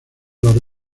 los